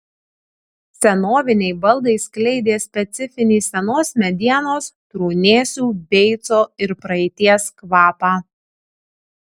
senoviniai baldai skleidė specifinį senos medienos trūnėsių beico ir praeities kvapą